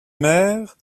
mères